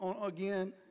again